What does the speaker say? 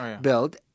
build